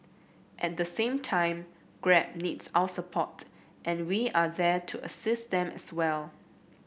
at the same time Grab needs our support and we are there to assist them as well